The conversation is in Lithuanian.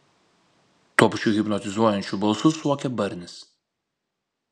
tuo pačiu hipnotizuojančiu balsu suokė barnis